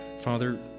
Father